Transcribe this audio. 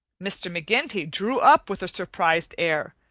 mr. mcginty drew up with a surprised air,